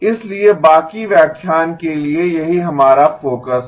इसलिए बाकी व्याख्यान के लिए यही हमारा फोकस है